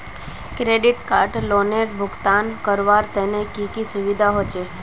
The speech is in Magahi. क्रेडिट कार्ड लोनेर भुगतान करवार तने की की सुविधा होचे??